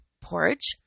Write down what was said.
porridge